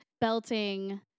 Belting